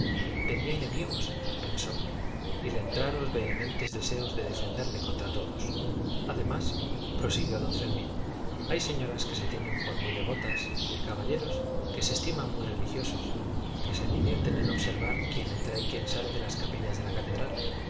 tenía enemigos pensó y le entraron vehementes deseos de defenderle contra todos además prosiguió don fermín hay señoras que se tienen por muy devotas y caballeros que se estiman muy religiosos que se divierten en observar quién entra y quién sale en las capillas de la catedral